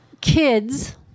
kids